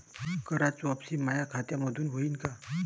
कराच वापसी माया खात्यामंधून होईन का?